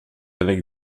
avec